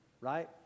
right